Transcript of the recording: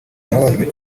yababajwe